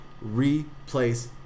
replace